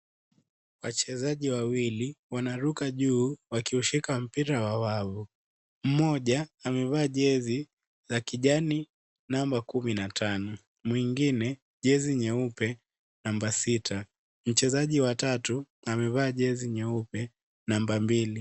Wachezaji wawili wanaruka juu wakiushika mpira wa wavu. Mmoja amevaa jezi ya kijani namba 15,mwingine jezi nyeupe namba 6.Mchezaji wa tatu amevaa jezi nyeupe namba 2.